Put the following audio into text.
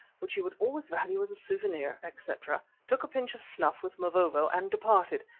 which he would always value as a souvenir, etc, took a pinch of snuff with mavovo and departed,